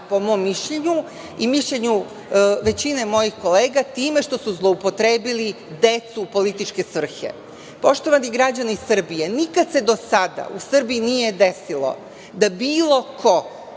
po mom mišljenju i mišljenju većine mojih kolega, time što su zloupotrebili decu u političke svrhe. Poštovani građani Srbije, nikada se do sada u Srbiji nije desilo da bilo ko